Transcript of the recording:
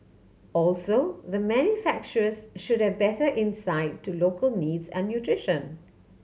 also the manufacturers should have better insight to local needs and nutrition